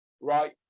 right